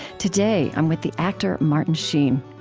today, i'm with the actor martin sheen.